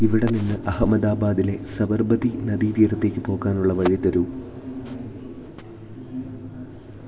ഇവിടെ നിന്ന് അഹമ്മദാബാദിലെ സബർമതി നദീതീരത്തേക്കു പോകാനുള്ള വഴി തരൂ